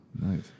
Nice